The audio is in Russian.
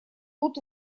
тут